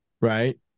right